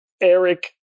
Eric